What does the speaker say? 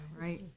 right